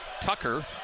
Tucker